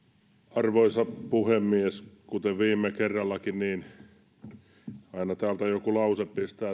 arvoisa puhemies kuten viime kerrallakin niin aina täältä joku lause pistää